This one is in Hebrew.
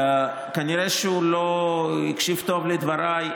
כנראה שהוא לא הקשיב טוב לדבריי.